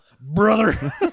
brother